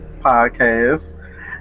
Podcast